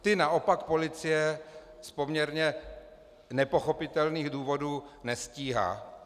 Ty naopak policie z poměrně nepochopitelných důvodů nestíhá.